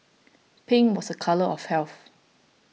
pink was a colour of health